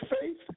faith